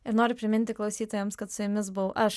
ir nori priminti klausytojams kad su jumis buvau aš